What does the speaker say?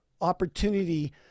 opportunity